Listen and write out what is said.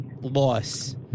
loss